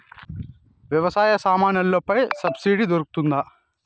వ్యవసాయ సామాన్లలో పై సబ్సిడి దొరుకుతుందా?